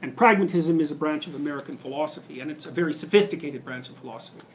and pragmatism is a branch of american philosophy, and it's a very sophisticated branch of philosophy.